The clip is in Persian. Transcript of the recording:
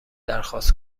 درخواست